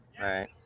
right